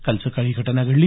काल सकाळी ही घटना घडली